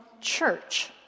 church